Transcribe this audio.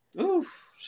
Oof